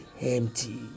empty